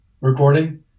recording